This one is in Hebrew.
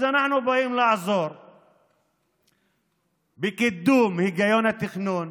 אז אנחנו באים לעזור בקידום היגיון התכנון,